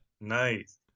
nice